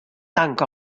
tank